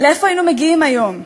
לאיפה היינו מגיעים היום?